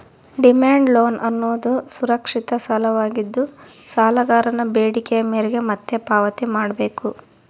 demand loan ಅನ್ನೋದುದು ಸುರಕ್ಷಿತ ಸಾಲವಾಗಿದ್ದು, ಸಾಲಗಾರನ ಬೇಡಿಕೆಯ ಮೇರೆಗೆ ಮತ್ತೆ ಪಾವತಿ ಮಾಡ್ಬೇಕು